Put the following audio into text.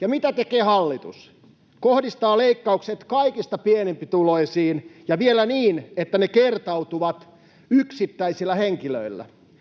Ja mitä tekee hallitus? Kohdistaa leikkaukset kaikista pienituloisimpiin, ja vielä niin, että ne kertautuvat yksittäisillä henkilöillä.